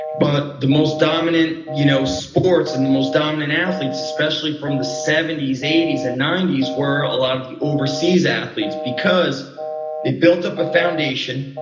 but the most dominant you know sports and the most dominants athletes, especially from the seventy s, eighty s, and ninety s where a lot of the overseas athletes because they built up a foundation,